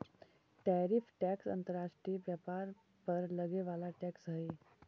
tariff tax अंतर्राष्ट्रीय व्यापार पर लगे वाला टैक्स हई